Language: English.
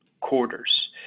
quarters